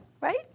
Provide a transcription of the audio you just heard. Right